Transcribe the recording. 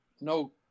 no